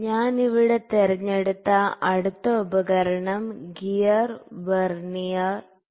ഞാൻ ഇവിടെ തിരഞ്ഞെടുത്ത അടുത്ത ഉപകരണം ഗിയർ വെർനിയർ ആണ്